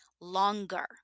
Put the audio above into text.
longer